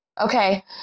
Okay